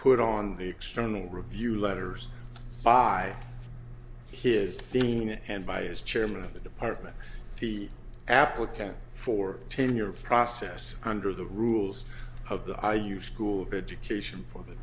put on the external review letters by his being and by is chairman of the department the applicant for tenure process under the rules of the you school of education for the